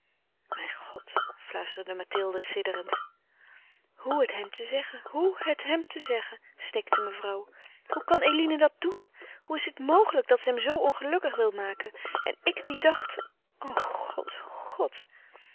mijn god fluisterde mathilde sidderend hoe het hem te zeggen hoe het hem te zeggen snikte mevrouw hoe kan eline dat doen hoe is het mogelijk dat ze hem zoo ongelukkig wil maken en ik die dacht o god o god